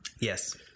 Yes